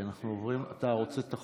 אתה רוצה את החומרים?